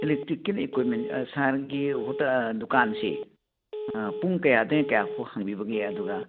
electrical equipment ꯁꯥꯔꯒꯤ hotel ꯗꯨꯀꯥꯟꯁꯦ ꯄꯨꯡ ꯀꯌꯥꯗꯒꯤ ꯀꯌꯥ ꯐꯥꯎꯕ ꯍꯥꯡꯕꯤꯕꯒꯦ ꯑꯗꯨꯒ